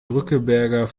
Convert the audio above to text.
drückeberger